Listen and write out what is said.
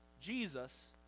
Jesus